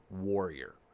warrior